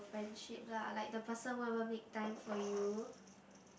friendship lah like the person won't want make time for you